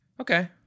Okay